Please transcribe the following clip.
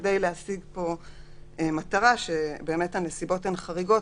כי למרות הנסיבות החריגות,